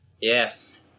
Yes